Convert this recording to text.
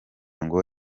ngo